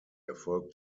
erfolgt